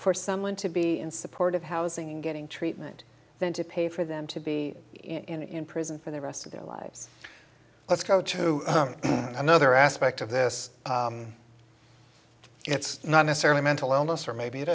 for someone to be in support of housing and getting treatment than to pay for them to be in prison for the rest of their lives let's go to another aspect of this it's not necessarily mental illness or maybe it